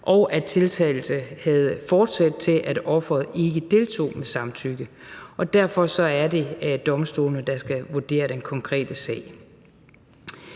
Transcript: og at tiltalte havde forsæt til, at offeret ikke deltog med samtykke, og derfor er det domstolene, der skal vurdere den konkrete sag.